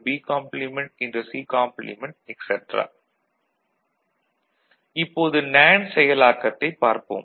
C இப்போது நேண்டு செயலாக்கத்தைப் பார்ப்போம்